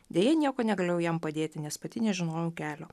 deja nieko negalėjau jam padėti nes pati nežinojau kelio